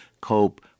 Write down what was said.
cope